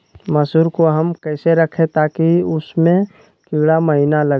मसूर को हम कैसे रखे ताकि उसमे कीड़ा महिना लगे?